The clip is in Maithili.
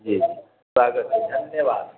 जी स्वागत अइ धन्यवाद